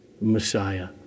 Messiah